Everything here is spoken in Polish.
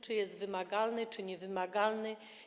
Czy jest wymagalny, czy niewymagalny?